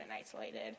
isolated